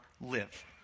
live